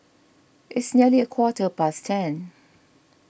its nearly a quarter past ten